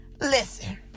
Listen